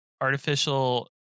artificial